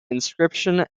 inscription